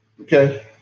okay